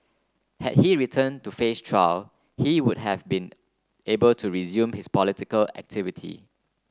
had he returned to face trial he would have been able to resume his political activity